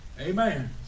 Amen